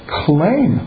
claim